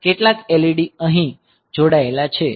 કેટલાક LED અહીં જોડાયેલા છે